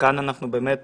כאן יכול להיות